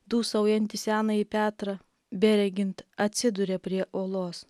dūsaujantį senąjį petrą beregint atsiduria prie olos